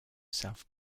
south